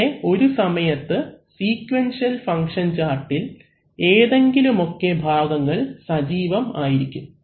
അങ്ങനെ ഒരു സമയത്ത് സ്വീകുവെന്ഷിയൽ ഫങ്ക്ഷൻ ചാർട്ടിൽ ഏതെങ്കിലുമൊക്കെ ഭാഗങ്ങൾ സജീവം ആയിരിക്കും